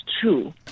true